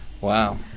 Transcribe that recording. Wow